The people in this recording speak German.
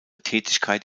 tätigkeit